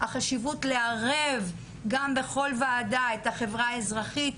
החשיבות לערב גם בכל ועדה את החברה האזרחית,